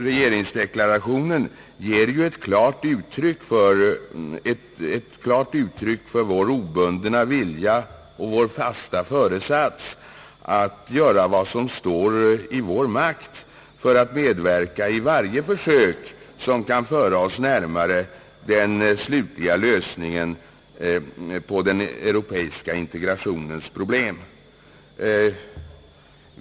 Regeringsdeklarationen ger ju ett klart uttryck för vår obundna vilja och fasta föresats att göra vad som står i vår makt för att medverka i varje försök som kan föra oss närmare den slutliga lösningen på den europeiska integrationens problem.